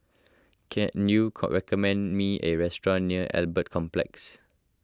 can you recommend me a restaurant near Albert Complex